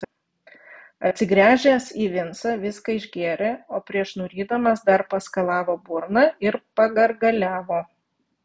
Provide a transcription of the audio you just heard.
atsigręžęs į vincą viską išgėrė o prieš nurydamas dar paskalavo burną ir pagargaliavo